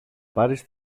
πάρεις